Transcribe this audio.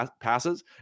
passes